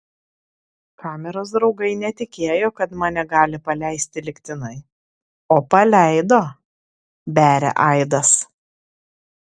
kameros draugai netikėjo kad mane gali paleisti lygtinai o paleido beria aidas